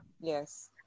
Yes